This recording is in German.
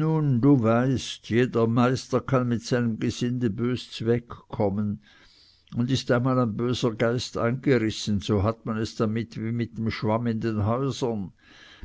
nun du weißt jeder meister kann mit seinem gesinde bös zwegkommen und ist einmal ein böser geist eingerissen so hat man es damit wie mit dem schwamm in den häusern